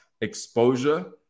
exposure